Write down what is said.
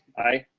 aye.